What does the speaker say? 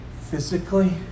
physically